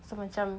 so macam